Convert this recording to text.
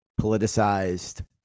politicized